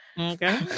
okay